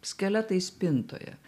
skeletai spintoje